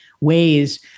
ways